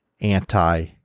anti